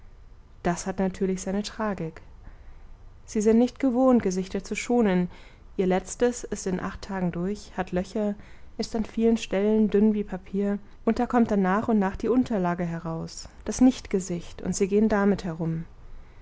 das hat natürlich seine tragik sie sind nicht gewohnt gesichter zu schonen ihr letztes ist in acht tagen durch hat löcher ist an vielen stellen dünn wie papier und da kommt dann nach und nach die unterlage heraus das nichtgesicht und sie gehen damit herum